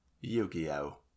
Yu-Gi-Oh